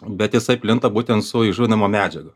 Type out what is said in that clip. bet jisai plinta būtent su įžuvinimo medžiaga